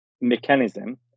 mechanism